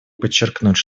подчеркнуть